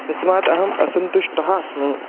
तस्मात् अहम् असन्तुष्टः अस्मि